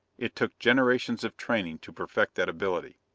it took generations of training to perfect that ability.